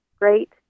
great